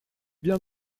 bien